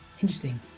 interesting